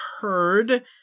heard